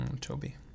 Toby